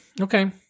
Okay